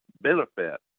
benefit